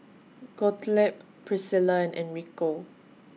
Gottlieb Priscilla and Enrico